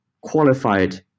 qualified